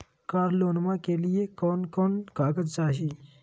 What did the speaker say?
कार लोनमा के लिय कौन कौन कागज चाही?